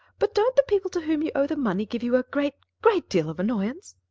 but don't the people to whom you owe the money give you a great, great deal of annoyance?